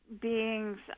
beings